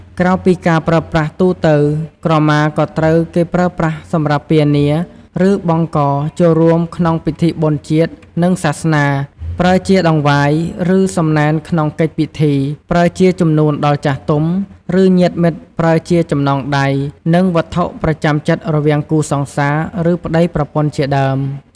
ក្រៅពីការប្រើប្រាស់ទូទៅ ក្រមា ក៏ត្រូវគេប្រើប្រាស់សម្រាប់ពានា ឬបង់កចូលរួមក្នុងពិធីបុណ្យជាតិនិងសាសនា, ប្រើជាតង្វាយ ឬសំណែនក្នុងកិច្ចពិធី, ប្រើជាជំនូនដល់ចាស់ទុំ ឬញាតិមិត្តប្រើជាចំណងដៃ និងវត្ថុប្រចាំចិត្តរវាងគូសង្សារ ឬប្តីប្រពន្ធជាដើម។